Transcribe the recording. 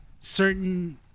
certain